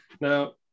Now